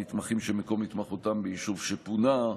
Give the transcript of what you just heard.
למתמחים שמקום התמחותם ביישוב שפונה,